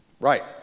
right